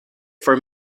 for